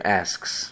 asks